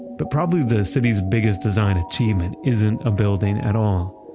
but probably the city's biggest design achievement isn't ah building at all.